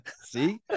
See